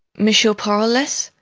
monsieur parolles,